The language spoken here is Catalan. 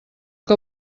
que